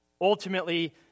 Ultimately